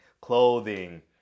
clothing